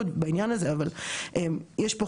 בהקשר של סיעוד אני רוצה להתייחס,